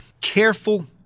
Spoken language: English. careful